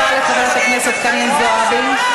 תודה רבה לחברת הכנסת חנין זועבי.